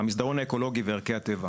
המסדרון האקולוגי וערכי הטבע.